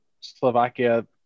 Slovakia